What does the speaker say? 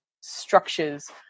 structures